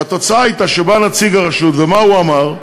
והתוצאה הייתה שבא נציג הרשות, ומה הוא אמר?